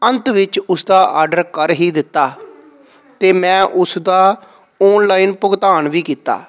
ਅੰਤ ਵਿੱਚ ਉਸ ਦਾ ਆਰਡਰ ਕਰ ਹੀ ਦਿੱਤਾ ਅਤੇ ਮੈਂ ਉਸ ਦਾ ਔਨਲਾਈਨ ਭੁਗਤਾਨ ਵੀ ਕੀਤਾ